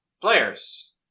players